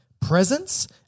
presence